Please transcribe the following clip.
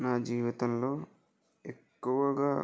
నా జీవితంలో ఎక్కువగా